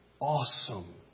awesome